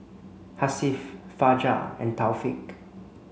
Hasif Fajar and Taufik